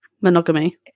monogamy